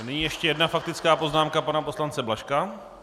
Nyní ještě jedna faktická poznámka pana poslance Blažka.